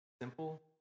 Simple